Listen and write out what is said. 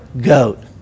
goat